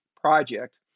Project